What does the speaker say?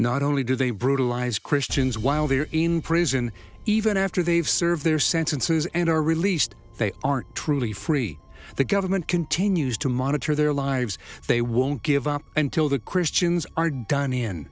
not only do they brutalize christians while they're in prison even after they've served their sentences and are released they aren't truly free the government continues to monitor their lives they won't give up until the christians are done